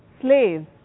slaves